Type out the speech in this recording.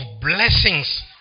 blessings